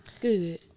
Good